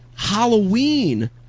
Halloween